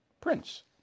Prince